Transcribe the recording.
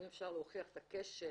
אם אפשר להוכיח את הקשר